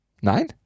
Nein